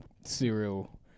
serial